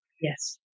Yes